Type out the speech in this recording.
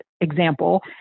example